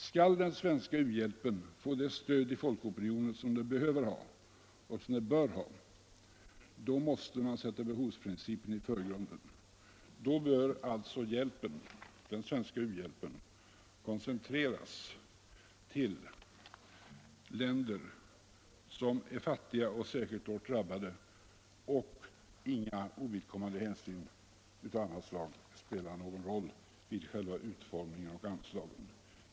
Skall den svenska u-hjälpen få det stöd i folkopinionen som den behöver ha och som den bör ha måste man sätta behovsprincipen i förgrunden. Då bör alltså den svenska u-hjälpen koncentreras till länder som är fattiga och särskilt hårt drabbade. Inga ovidkommande hänsyn av annat slag får spela någon roll vid själva utformningen av anslagen.